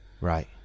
Right